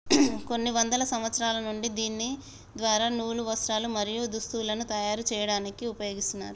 కొన్ని వందల సంవత్సరాల నుండి దీని ద్వార నూలు, వస్త్రాలు, మరియు దుస్తులను తయరు చేయాడానికి ఉపయోగిస్తున్నారు